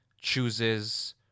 chooses